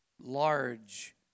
large